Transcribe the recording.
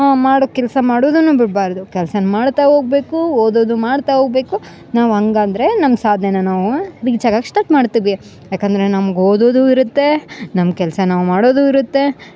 ಮಾಡೊ ಕೆಲಸ ಮಾಡೋದುನ್ನು ಬಿಡ್ಬಾರದು ಕೆಲ್ಸನ ಮಾಡ್ತಾ ಹೋಗ್ಬೇಕು ಓದೋದು ಮಾಡ್ತಾ ಹೋಗ್ಬೇಕು ನಾವು ಹಂಗಂದ್ರೆ ನಮ್ಮ ಸಾಧ್ನೆನ ನಾವು ರೀಚ್ ಆಗಕ್ಕೆ ಸ್ಟಾರ್ಟ್ ಮಾಡ್ತೀವಿ ಯಾಕಂದರೆ ನಮ್ಗ ಓದೋದು ಇರುತ್ತೆ ನಮ್ಮ ಕೆಲಸ ನಾವು ಮಾಡೋದು ಇರುತ್ತೆ